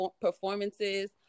performances